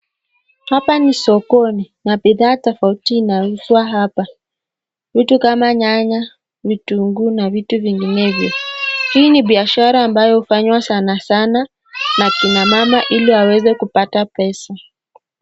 Hapa ni sokoni na bithaa tofauti inauzwa hapa, vitu kama nyanya, vitunguu na vitu vinginevyo . Hii ni biashara ambayo hufanywa sana sana na akina mama iliwaweze kupata pesa.